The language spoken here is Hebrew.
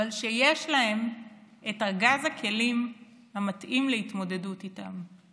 אבל שיש להם את ארגז הכלים המתאים להתמודדות איתם.